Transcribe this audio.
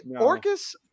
Orcus